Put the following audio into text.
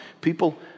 People